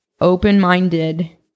open-minded